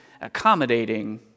accommodating